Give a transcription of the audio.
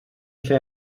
lle